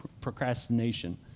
procrastination